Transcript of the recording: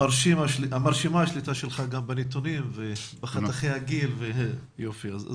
השליטה שלך בנתונים, בחתכי הגיל וכו', מרשימה.